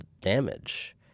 damage